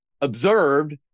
observed